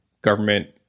government